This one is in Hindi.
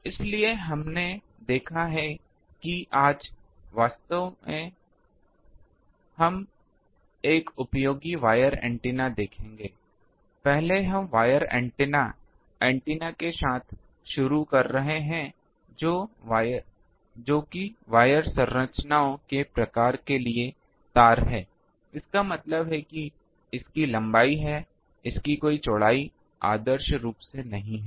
तो इसीलिए हमने देखा है कि आज हम वास्तव में एक उपयोगी वायर एंटेना देखेंगे पहले हम वायर एंटेना एंटेना के साथ शुरू कर रहे हैं जो कि वायर संरचनाओं के प्रकार के लिए तार हैं इसका मतलब है कि इसकी लंबाई है इसकी कोई चौड़ाई आदर्श रूप से नहीं है